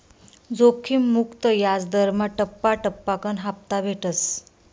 जोखिम मुक्त याजदरमा टप्पा टप्पाकन हापता भेटस